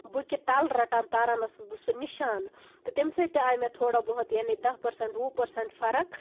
بُکہِ تَل رَٹان تاران ٲسٕس بہٕ سُہ نِشان تہٕ تَمہِ سۭتۍ تہِ آیہِ مےٚ تھوڑا بہت یعنی دہ پٔرسَنٹ وُہ پٔرسَنٹ فرق